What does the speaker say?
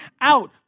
out